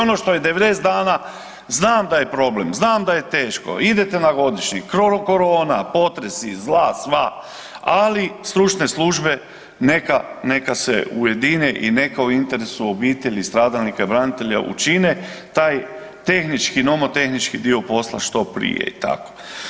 Ono što je 90 dana znam da je problem, znam da je teško idete na godišnji, korona, potresi, zla sva ali stručne službe neka, neka se ujedine i neka u interesu obitelji stradalnika, branitelja učine taj tehnički nomotehnički dio posla što prije i tako.